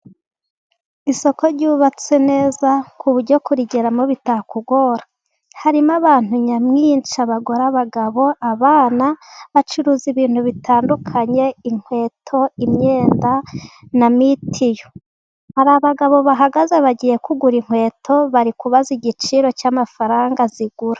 Isoko ryubatse neza ku buryo kurigeramo bitakugora. Harimo abantu nyamwinshi. Abagore, abagabo, abana. Bacuruza ibintu bitandukanye. Inkweto, imyenda na mitiyu. Hari abagabo bahagaze bagiye kugura inkweto, bari kubaza igiciro cy'amafaranga zigura.